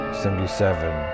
seventy-seven